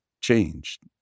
changed